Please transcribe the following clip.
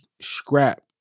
scrap